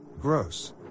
Gross